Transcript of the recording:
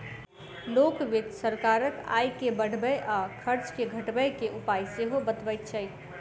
लोक वित्त सरकारक आय के बढ़बय आ खर्च के घटबय के उपाय सेहो बतबैत छै